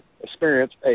experience